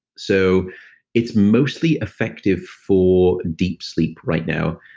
so it's mostly effective for deep sleep right now,